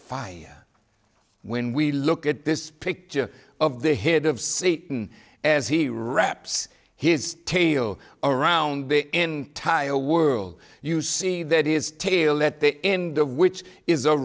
fire when we look at this picture of the head of seaton as he wraps his tail around the entire world you see that is tail let the in the which is